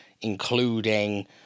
including